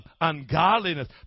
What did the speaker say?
ungodliness